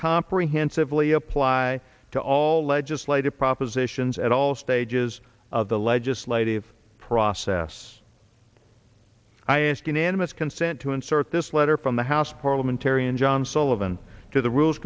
comprehensively apply to all legislative propositions at all stages of the legislative process i ask unanimous consent to insert this letter from the house parliamentarian john sullivan to the rules